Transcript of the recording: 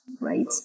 right